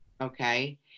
okay